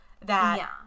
that-